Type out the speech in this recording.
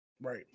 right